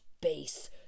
base